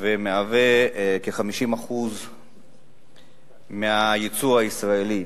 ומהווה כ-50% מהיצוא הישראלי.